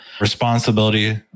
responsibility